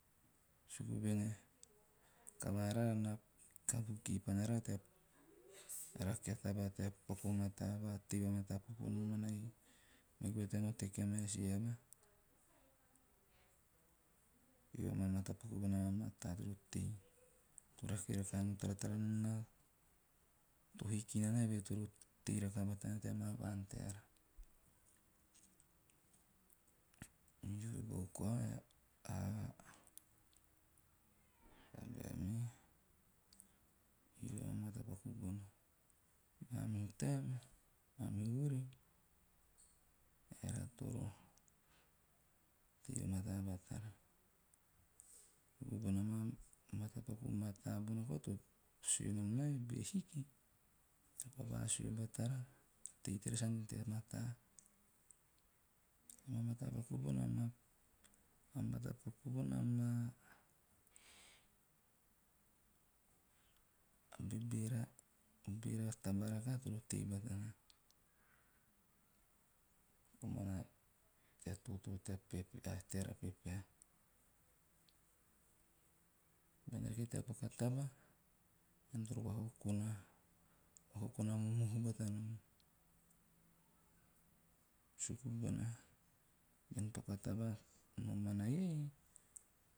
Suku voen ei a kavara raara kavu kipana rara tea rake a tabae tea paku va mataa vatei vamataa popo nomana iei, me goe tea nao teki a meha si aba. Eve amaa matapaku amaa mataa toro tei to rake rakaha, to taratara nom na toro tei to rakaha to hiki nana eve he toro tei rakaha batana tea maa vaan teara. Eve bau koa, a tabae me? Eve a mata paku bona. Mamihu taem, mamihu vuri eara toro tei vamata batara suku bono matapaku mataa bona koa to sue nom nai be hiki, eara pa vasue batara, tei teara sa ante haana tea mataa. Amatapaku bona maa - bebera - taba rakaha toro tei batana komana tea totoo tea - teara pepeha. Bean rake tea paku a taba ean toro vakokona - momohu bata nom suku bona bean paku a taba nomana iei.